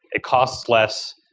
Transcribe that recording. it costs less.